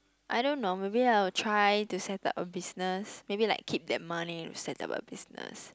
I don't know maybe I will try to set up a business maybe like keep that money to set up a business